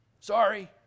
Sorry